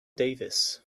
davis